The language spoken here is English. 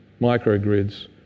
microgrids